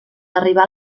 arribar